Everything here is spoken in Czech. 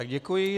Děkuji.